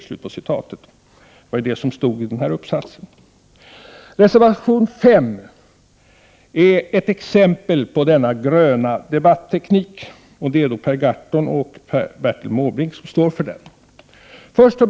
Det är vad som står att läsa i den aktuella uppsatsen. Reservation 5 utgör ett exempel på denna gröna debatteknik. Det är Per Gahrton och Bertil Måbrink som står bakom reservationen.